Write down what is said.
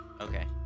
Okay